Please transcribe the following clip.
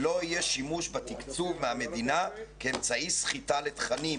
שלא יהיה שימוש בתקצוב מהמדינה כאמצעי סחיטה לתכנים.